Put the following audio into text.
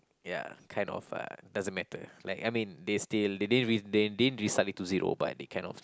ya kind of uh doesn't matter like I mean they still they didn't they didn't resubmit to zero but they kind of